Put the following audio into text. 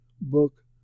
book